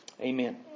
Amen